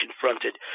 confronted